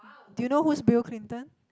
do you know who's Bill-Clinton